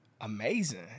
amazing